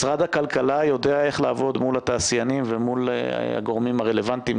משרד הכלכלה יודע איך לעבוד מול התעשיינים ומול הגורמים הרלוונטיים,